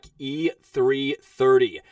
E330